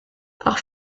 auch